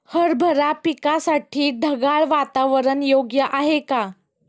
हरभरा पिकासाठी ढगाळ वातावरण योग्य आहे का?